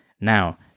Now